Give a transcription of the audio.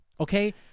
okay